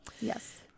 Yes